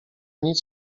nic